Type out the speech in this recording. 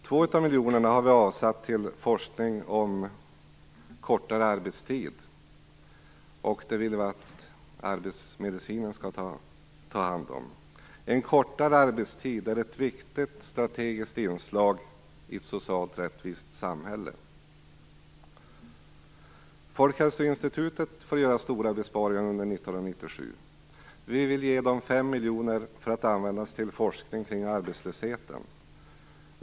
Två av nämnda miljoner har vi avsatt till forskning kring kortare arbetstid. Det vill vi att arbetsmedicinen tar hand om. Kortare arbetstid är ett viktigt strategiskt inslag i ett socialt rättvist samhälle. Folkhälsoinstitutet får göra stora besparingar under 1997. Vi vill ge institutet 5 miljoner att användas till forskning kring arbetslösheten.